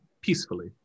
peacefully